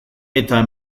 eta